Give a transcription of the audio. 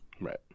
Right